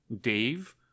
Dave